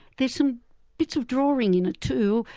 there's some bits of drawing in it too,